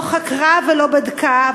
לא חקרה ולא בדקה.